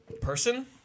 person